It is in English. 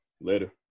Later